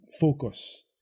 focus